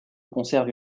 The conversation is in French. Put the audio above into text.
conserve